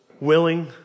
willing